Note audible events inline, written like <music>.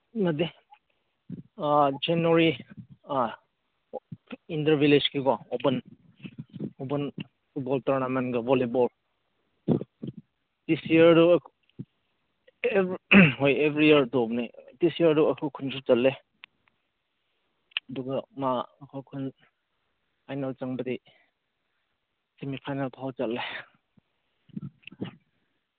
<unintelligible> ꯖꯅꯋꯥꯔꯤ ꯑ ꯏꯟꯇꯔ ꯚꯤꯂꯦꯖꯀꯤꯀꯣ open open football ꯇꯣꯔꯅꯥꯃꯦꯟꯒ ꯚꯣꯂꯤꯕꯣꯜ ꯗꯤꯁ ꯏꯌꯥꯔꯗꯨ ꯍꯣꯏ ꯑꯦꯕ꯭ꯔꯤ ꯏꯌꯔ ꯇꯧꯕꯅꯦ ꯗꯤꯁ ꯏꯌꯔꯗꯨ ꯑꯩꯈꯣꯏ ꯈꯨꯟꯁꯨ ꯆꯠꯂꯦ ꯑꯗꯨꯒ ꯃꯥ ꯑꯩꯈꯣꯏ ꯈꯨꯟ ꯐꯥꯏꯅꯦꯜ ꯆꯪꯕꯗꯤ ꯁꯦꯃꯤ ꯐꯥꯏꯅꯦꯜ ꯐꯥꯎ ꯆꯜꯂꯦ